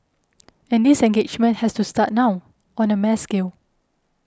and this engagement has to start now on the mass scale